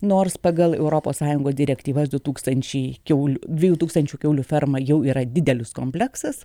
nors pagal europos sąjungos direktyvas du tūkstančiai kiaul dviejų tūkstančių kiaulių ferma jau yra didelis kompleksas